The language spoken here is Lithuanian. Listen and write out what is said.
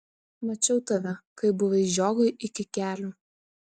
mačiau tave kai buvai žiogui iki kelių